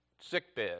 sickbed